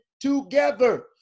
together